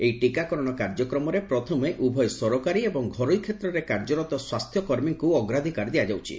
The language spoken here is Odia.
ଏହି ଟିକାକରଣ କାର୍ଯ୍ୟକ୍ରମରେ ପ୍ରଥମେ ଉଭୟ ସରକାରୀ ଏବଂ ଘରୋଇ କ୍ଷେତ୍ରରେ କାର୍ଯ୍ୟରତ ସ୍ୱାସ୍ଥ୍ୟକର୍ମୀଙ୍କୁ ଅଗ୍ରାଧିକାର ଦିଆଯାଉଛି